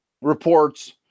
reports